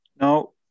No